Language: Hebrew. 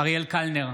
אריאל קלנר,